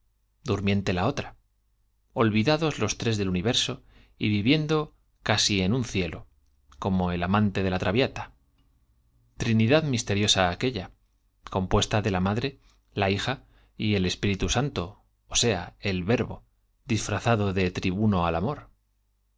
durmiente la otra olvidados los tres del universoy viviendo casi en un cielo como el amante de la traviátta trinidad misteriosa aquella ó compuesta de la madre la hija y el espíritu santo sea el verbo disfrazado de tribuno del amor